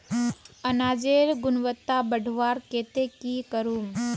अनाजेर गुणवत्ता बढ़वार केते की करूम?